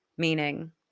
Meaning